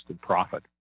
profit